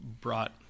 brought